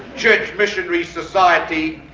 church missionary society,